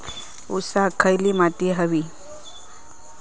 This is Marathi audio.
ऊसाक खयली माती व्हयी?